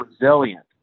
resilient